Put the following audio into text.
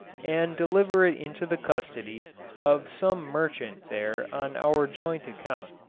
and deliver it into the custody of some merchant there on our joint account.